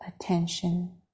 attention